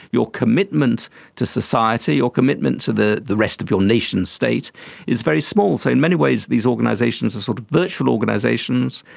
your commitment to society, your commitment to the the rest of your nation state is very small so in many ways these organisations are sort of virtual organisations,